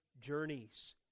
journeys